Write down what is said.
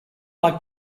like